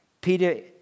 Peter